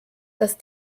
dass